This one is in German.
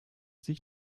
sich